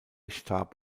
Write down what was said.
starb